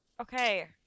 Okay